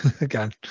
Again